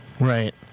Right